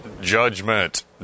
Judgment